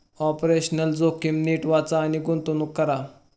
operational जोखीम नीट वाचा आणि गुंतवणूक करा